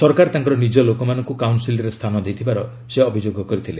ସରକାର ତାଙ୍କର ନିଜ ଲୋକମାନଙ୍କୁ କାଉନ୍ସିଲ୍ରେ ସ୍ଥାନ ଦେଇଥିବାର ସେ ଅଭିଯୋଗ କରିଥିଲେ